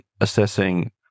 assessing